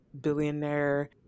billionaire